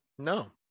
No